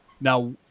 Now